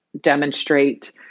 demonstrate